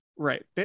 Right